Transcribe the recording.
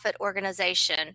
organization